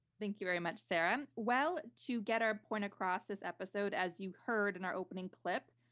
thank you very much, sarah. well, to get our point across this episode, as you heard in our opening clip,